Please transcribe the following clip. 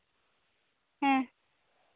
ᱦᱮᱸ